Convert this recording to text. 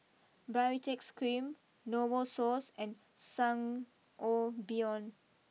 Bbaritex cream Novosource and Sangobion